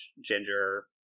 Ginger